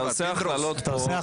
אתה עושה הכללות פה.